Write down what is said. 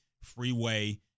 Freeway